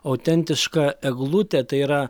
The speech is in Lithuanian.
autentiška eglutė tai yra